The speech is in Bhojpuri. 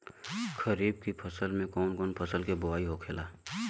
खरीफ की फसल में कौन कौन फसल के बोवाई होखेला?